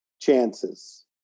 chances